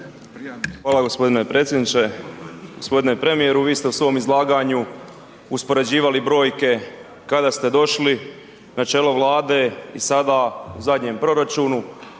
Hvala g. predsjedniče. g. Premijeru, vi ste u svom izlaganju uspoređivali brojke kada ste došli na čelo Vlade i sada u zadnjem proračunu,